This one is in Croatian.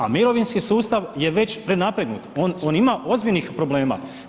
A mirovinski sustav je već prenategnut, on ima ozbiljnih problema.